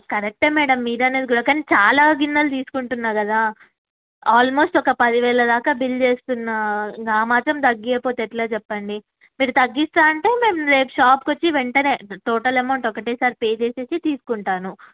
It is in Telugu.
కరెక్ట్ మేడం మీరు అనేది కూడా కానీ చాలా గిన్నెలు తీసుకుంటున్నాను కదా ఆల్మోస్ట్ ఒక పదివేల దాకా బిల్ చేస్తున్నాను ఆ మాత్రం తగ్గిపోతే ఎట్లా చెప్పండి మీరు తగ్గిస్తాను అంటే మేము రేపు షాప్ వచ్చి వెంటనే టోటల్ అమౌంట్ ఒకేసారి పే చేసి తీసుకుంటాను